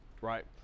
right